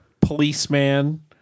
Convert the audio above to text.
policeman